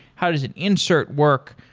how does it insert work,